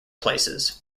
places